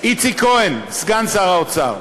איציק כהן, סגן שר האוצר,